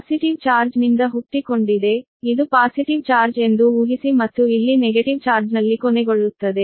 positive charge ನಿಂದ ಹುಟ್ಟಿಕೊಂಡಿದೆ ಇದು ಪಾಸಿಟಿವ್ ಚಾರ್ಜ್ ಎಂದು ಊಹಿಸಿ ಮತ್ತು ಇಲ್ಲಿ ನೆಗೆಟಿವ್ ಚಾರ್ಜ್ನಲ್ಲಿ ಕೊನೆಗೊಳ್ಳುತ್ತದೆ